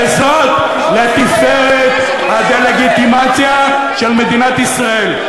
וזה לתפארת הדה-לגיטימציה של מדינת ישראל.